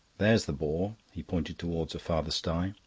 there's the boar, he pointed towards a farther sty.